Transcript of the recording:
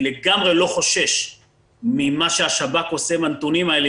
אני לגמרי לא חושש ממה שהשב"כ עושה עם הנתונים האלה